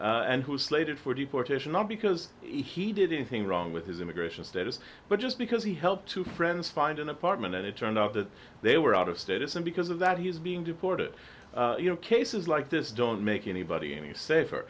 now and who slated for deportation not because he did anything wrong with his immigration status but just because he helped two friends find an apartment and it turned out that they were out of status and because of that he was being deported you know cases like this don't make anybody any safer